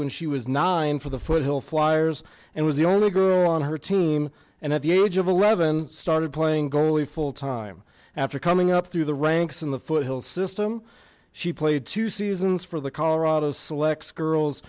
when she was nine for the foothill flyers and was the only girl on her team and at the age of eleven started playing goalie full time after coming up through the ranks in the foothills system she played two seasons for the colorado selects girls